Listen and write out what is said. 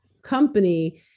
company